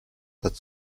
that